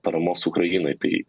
paramos ukrainai tai